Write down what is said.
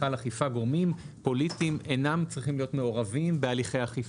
בכלל אכיפה גורמים פוליטיים אינם צריכים להיות מעורבים בהליכי אכיפה,